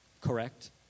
correct